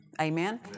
Amen